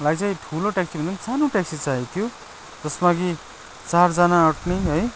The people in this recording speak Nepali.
लाई चाहिँ ठुलो ट्यक्सी भन्दा नि सानो ट्याक्सी चाहिएको थियो जसमा कि चारजना अट्ने है